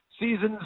seasons